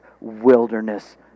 wilderness